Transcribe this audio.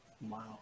Wow